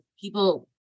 people